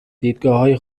دیدگاههای